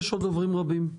יש עוד דוברים רבים.